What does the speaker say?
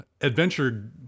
Adventure